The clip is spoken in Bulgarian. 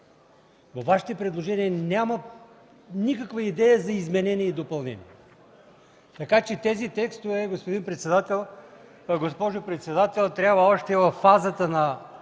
Във Вашите предложения няма никаква идея за изменение и допълнение! Така че тези текстове, госпожо председател, още във фазата на